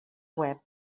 web